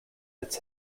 its